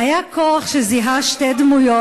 "היה כוח שזיהה שתי דמויות"